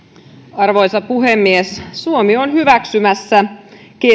arvoisa puhemies suomi on hyväksymässä